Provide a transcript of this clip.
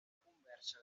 conversa